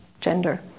gender